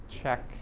check